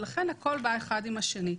ולכן הכול בא אחד עם השני.